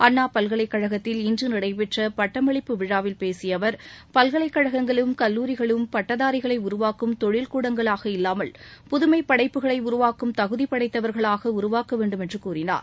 அண்ணா பல்லைகலைக்கழகத்தில் இன்று நடைபெற்ற பட்டமளிப்பு விழாவில் பேசிய அவர் பல்கலைக்கழகங்களும் கல்லூரிகளும் பட்டதாரிகளை உருவாக்கும் தொழிற்கூடங்களாக இல்லாமல் புதுமைப் படைப்புகளை உருவாக்கும் தகுதி படைத்தவர்களாக உருவாக்க வேண்டுமென்று கூறினார்